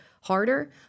harder